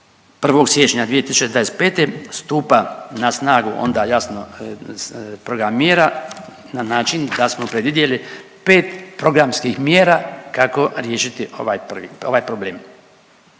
Od 1. siječnja 2025. stupa na snagu onda jasno program mjera na način da smo predvidjeli pet programskih mjera kako riješiti ovaj problem.